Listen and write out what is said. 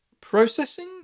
processing